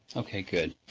okay. good.